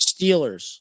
Steelers